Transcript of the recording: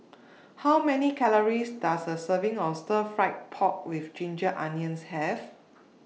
How Many Calories Does A Serving of Stir Fried Pork with Ginger Onions Have